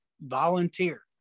volunteer